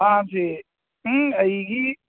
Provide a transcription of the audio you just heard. ꯐꯥꯝꯁꯤ ꯎꯝ ꯑꯩꯒꯤ